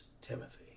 Timothy